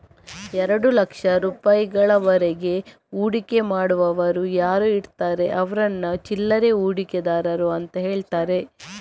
ಎರಡು ಲಕ್ಷ ರೂಪಾಯಿಗಳವರೆಗೆ ಹೂಡಿಕೆ ಮಾಡುವವರು ಯಾರು ಇರ್ತಾರೆ ಅವ್ರನ್ನ ಚಿಲ್ಲರೆ ಹೂಡಿಕೆದಾರರು ಅಂತ ಹೇಳ್ತಾರೆ